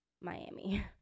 Miami